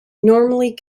normally